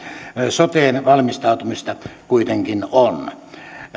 soteen valmistautumista kuitenkin on